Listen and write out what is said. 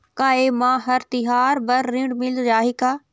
का ये मा हर तिहार बर ऋण मिल जाही का?